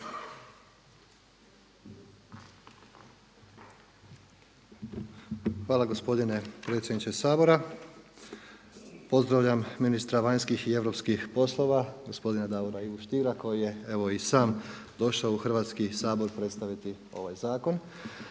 Hvala gospodine potpredsjedniče Sabora. Pozdravljam ministra vanjskih i europskih poslova gospodina Davora Ivu Stiera koji je evo i sam došao u Hrvatski sabor predstaviti ovaj zakon,